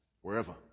wherever